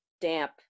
damp